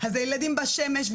אז הילדים בשמש.